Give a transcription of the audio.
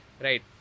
Right